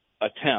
attempt